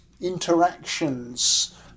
interactions